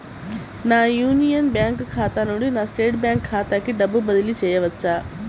నా union bank ఖాతా నుండి నా స్టేట్ బ్యాంకు ఖాతాకి డబ్బు బదిలి చేయవచ్చా?